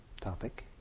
topic